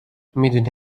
میدونی